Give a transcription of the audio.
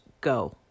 go